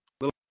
little